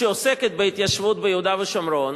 שעוסקת בהתיישבות ביהודה ושומרון,